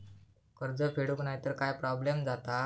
कर्ज फेडूक नाय तर काय प्रोब्लेम जाता?